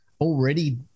already